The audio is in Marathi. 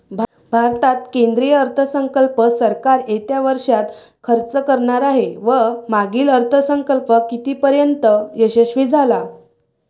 भारतात केंद्रीय अर्थसंकल्प सरकार येत्या वर्षात खर्च करणार आहे व मागील अर्थसंकल्प कितीपर्तयंत यशस्वी झाला